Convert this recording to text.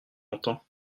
longtemps